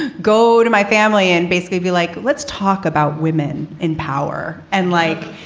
and go to my family and basically be like, let's talk about women in power and like,